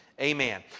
Amen